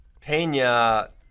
Pena